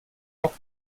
off